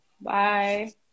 Bye